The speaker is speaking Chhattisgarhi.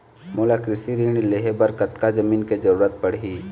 मोला कृषि ऋण लहे बर कतका जमीन के जरूरत पड़ही?